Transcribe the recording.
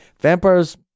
Vampires